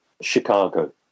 Chicago